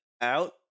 out